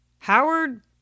Howard